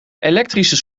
elektrische